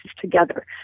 together